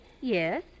Yes